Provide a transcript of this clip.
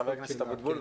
חבר הכנסת אבוטבול,